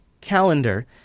calendar